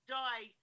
die